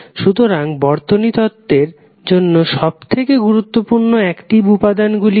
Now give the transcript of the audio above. সুতরাং বর্তনী তত্ত্বের জন্য সবথেকে গুরুত্বপূর্ণ অ্যাকটিভ উপাদান গুলি কি